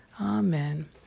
Amen